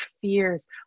fears